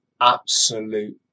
absolute